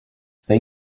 they